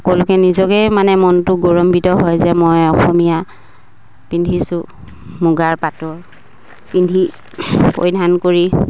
সকলোকে নিজকেই মানে মনটো গৌৰম্বিত হয় যে মই অসমীয়া পিন্ধিছোঁ মুগাৰ পাতৰ পিন্ধি পৰিধান কৰি